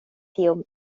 tiom